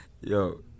yo